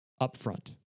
Upfront